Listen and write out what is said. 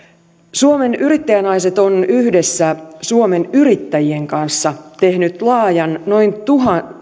suomen yrittäjänaiset on yhdessä suomen yrittäjien kanssa tehnyt laajan